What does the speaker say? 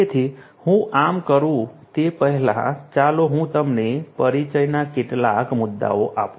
તેથી હું આમ કરું તે પહેલાં ચાલો હું તમને પરિચયના કેટલાક મુદ્દાઓ આપું